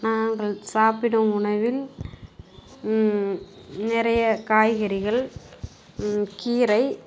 நாங்கள் சாப்பிடும் உணவில் நிறைய காய்கறிகள் கீரை